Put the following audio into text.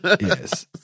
Yes